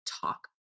talk